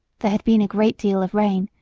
there had been a great deal of rain,